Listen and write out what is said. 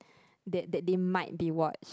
that that they might be watched